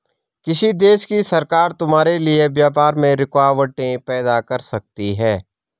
किसी देश की सरकार तुम्हारे लिए व्यापार में रुकावटें पैदा कर सकती हैं